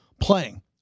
playing